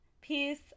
Peace